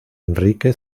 enrique